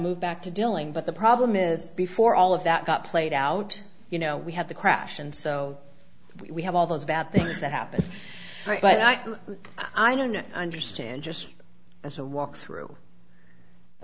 moved back to dealing but the problem is before all of that got played out you know we had the crash and so we have all those bad things that happened but i think i don't understand just as a walk through